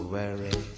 worry